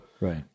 Right